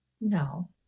no